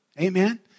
amen